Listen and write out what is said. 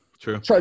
true